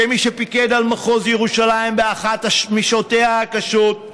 כמי שפיקד על מחוז ירושלים באחת משעותיה הקשות,